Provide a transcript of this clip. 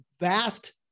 vast